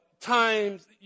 times